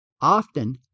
Often